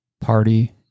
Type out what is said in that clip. party